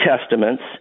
testaments